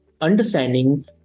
understanding